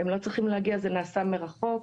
זה נעשה מרחוק.